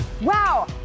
Wow